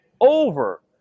over